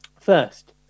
First